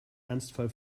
ernstfall